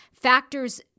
Factors